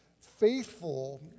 faithful